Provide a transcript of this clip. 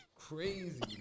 Crazy